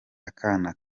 akana